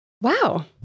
Wow